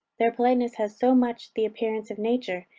their politeness has so much the appearance of nature,